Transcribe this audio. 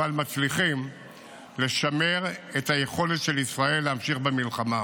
אבל מצליחים לשמר את היכולת של ישראל להמשיך במלחמה,